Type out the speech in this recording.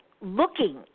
looking